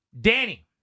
Danny